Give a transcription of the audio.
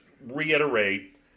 reiterate